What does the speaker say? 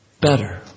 better